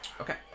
Okay